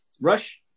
rush